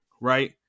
right